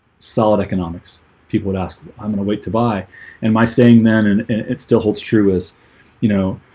solid economics people would ask i'm gonna wait to buy am i saying man and it still holds true as you know,